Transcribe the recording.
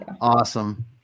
Awesome